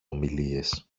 ομιλίες